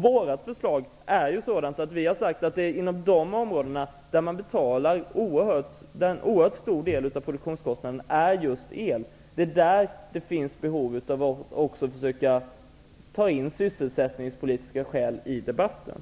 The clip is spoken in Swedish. Vårt förslag är sådant att vi har sagt att det är inom de områden där en oerhört stor del av produktionskostnaderna är just kostnader för el som det finns behov av att försöka ta in sysselsättningspolitiska skäl i debatten.